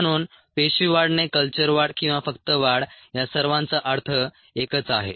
म्हणून पेशी वाढणे कल्चर वाढ किंवा फक्त वाढ या सर्वांचा अर्थ एकच आहे